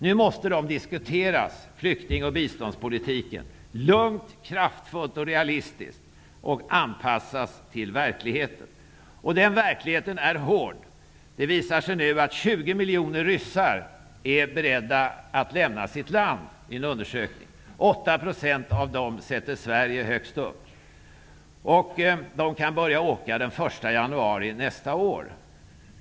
Nu måste flykting och biståndspolitiken diskuteras -- lugnt, kraftfullt och realistiskt -- och anpassas till verkligheten. Den verkligheten är hård. Det visar sig nu vid en undersökning att 20 miljoner ryssar är beredda att lämna sitt land. 8 % av dem sätter Sverige högst på listan över länder dit de vill komma. De kan börja åka den 1 januari nästa år.